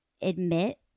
admit